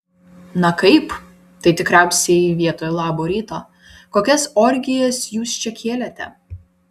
na kaip tai tikriausiai vietoj labo ryto kokias orgijas jūs čia kėlėte